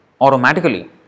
automatically